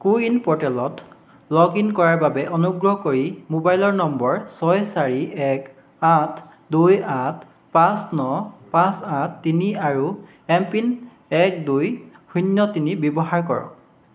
কো win প'ৰ্টেলত log in কৰাৰ বাবে অনুগ্ৰহ কৰি মোবাইলৰ নম্বৰ ছয় চাৰি এক আঠ দুই আঠ পাঁচ ন পাঁচ আঠ তিনি আৰু এমপিন এক দুই শূন্য তিনি ব্যৱহাৰ কৰক